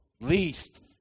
least